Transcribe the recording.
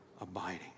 abiding